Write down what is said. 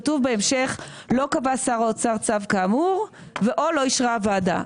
כתוב בהמשך "לא קבע שר האוצר צו כאמור או לא אישרה הוועדה".